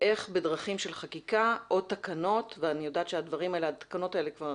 איך בדרכים של חקיקה או תקנות ואני יודעת שהתקנות האלה כבר